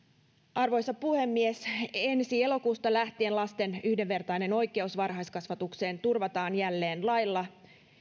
arvoisa puhemies ensi elokuusta lähtien lasten yhdenvertainen oikeus varhaiskasvatukseen turvataan jälleen lailla